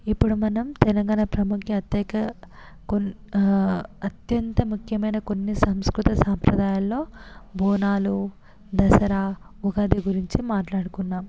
ఇప్పుడు మనం తెలంగాణ ప్రాముఖ్యత అత్యక కొన్ని అత్యంత ముఖ్యమైన కొన్ని సంస్కృత సాంప్రదాయాలలో బోనాలు దసరా ఉగాది గురించి మాట్లాడుకున్నాం